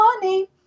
money